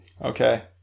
Okay